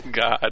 God